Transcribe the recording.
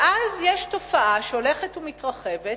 ואז יש תופעה שהולכת ומתרחבת,